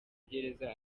gereza